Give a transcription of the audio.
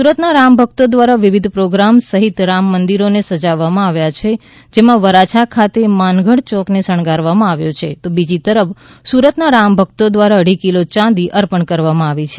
સુરતના રામ ભક્તો દ્વારા વિવિધ પ્રોગ્રામો સહિત રામ મંદિરોને સજાવવામાં આવ્યા છે જેમાં વરાછા ખાતે માનગઢ ચોક ને શણગારવામાં આવ્યો છે તો બીજી તરફ સુરતના રામભક્તો ધ્વારા અઢી કિલો ચાંદી અર્પણ કરવામાં આવી છે